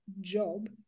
job